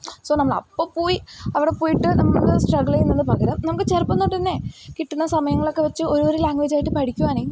so നമ്മളെ അപ്പോൾപ്പോയി അവിടെ പോയിട്ട് നമ്മൾ സ്ട്രഗിൾ ചെയ്യുന്നതു പകരം നമുക്ക് ചെറുപ്പം തൊട്ടുതന്നെ കിട്ടുന്ന സമയങ്ങളൊക്ക വെച്ച് ഒരോരു ലാംഗ്വേജായിട്ട് പഠിക്കുകയാണെങ്കിൽ